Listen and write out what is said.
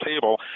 table